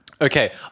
Okay